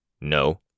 No